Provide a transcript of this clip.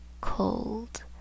cold